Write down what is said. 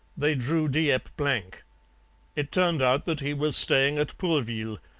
they drew dieppe blank it turned out that he was staying at pourville,